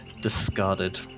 discarded